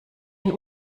ein